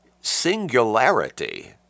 singularity